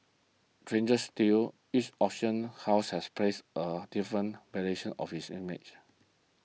stranger still each auction house has placed a different valuation of its image